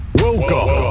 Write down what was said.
Welcome